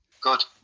Good